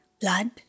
blood